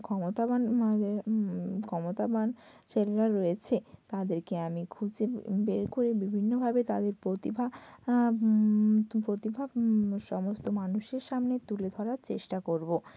ক্ষমতাবান ক্ষমতাবান ছেলেরা রয়েছে তাদেরকে আমি খুঁজে বের করে বিভিন্নভাবে তাদের প্রতিভা প্রতিভা সমস্ত মানুষের সামনে তুলে ধরার চেষ্টা করবো